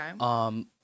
Okay